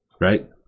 right